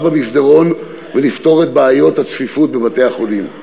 במסדרון ונפתור את בעיות הצפיפות בבתי-החולים?